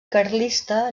carlista